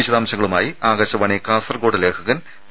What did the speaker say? വിശദാംശങ്ങളുമായി ആകാശവാണി കാസർകോട് ലേഖകൻ പി